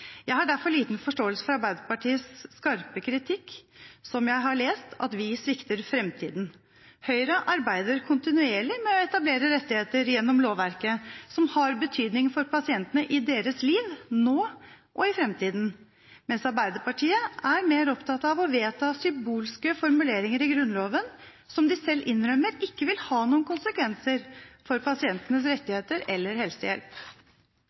Jeg har derfor liten forståelse for Arbeiderpartiets skarpe kritikk som jeg har lest – at vi svikter framtiden. Høyre arbeider kontinuerlig med å etablere rettigheter gjennom lovverket som har betydning for pasientene i deres liv nå og i framtiden, mens Arbeiderpartiet er mer opptatt av å vedta symbolske formuleringer i Grunnloven som de selv innrømmer ikke vil ha noen konsekvenser for pasientenes rettigheter eller helsehjelp.